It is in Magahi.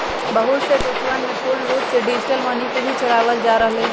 बहुत से देशवन में पूर्ण रूप से डिजिटल मनी के ही चलावल जा रहले है